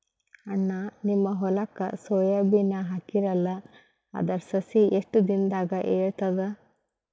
ಅಣ್ಣಾ, ನಿಮ್ಮ ಹೊಲಕ್ಕ ಸೋಯ ಬೀನ ಹಾಕೀರಲಾ, ಅದರ ಸಸಿ ಎಷ್ಟ ದಿಂದಾಗ ಏಳತದ?